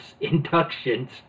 inductions